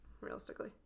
realistically